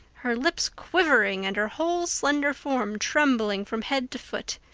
her lips quivering, and her whole slender form trembling from head to foot.